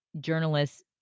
journalists